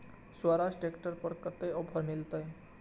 Swaraj tractor पर कतेक offer मिलते?